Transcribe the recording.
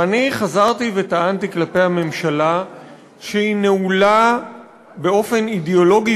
ואני חזרתי וטענתי כלפי הממשלה שהיא נעולה באופן אידיאולוגי